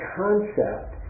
concept